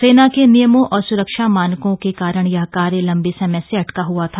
सेना के नियमों और सुरक्षा मानकों के कारण यह कार्य लंबे समय से अटका हआ था